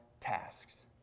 tasks